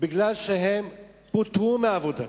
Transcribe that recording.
מכיוון שמפרנסיהן פוטרו מעבודתם,